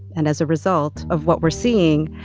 and as a result of what we're seeing,